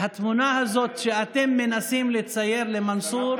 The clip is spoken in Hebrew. התמונה הזאת שאתם מנסים לצייר של מנסור,